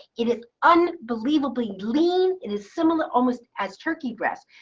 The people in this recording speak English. it is unbelievably lean. it is similar almost as turkey breast.